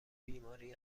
بیماری